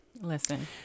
Listen